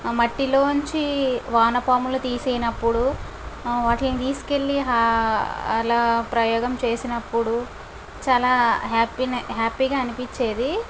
ఆ మట్టిలోంచి వానపాములను తీసినప్పుడు వాటిని తీసుకెళ్ళి హా అలా ప్రయోగం చేసినప్పుడు చాలా హ్యాపీనే హ్యాపీగా అనిపించేది